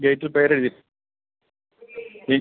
ഗേറ്റിൽ പേരെഴുതി ഗേറ്റ്